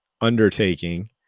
undertaking